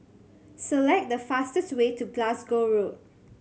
select the fastest way to Glasgow Road